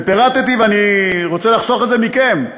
ופירטתי, ואני רוצה לחסוך את זה מכם,